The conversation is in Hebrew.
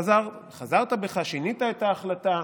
חזרת בך, שינית את ההחלטה,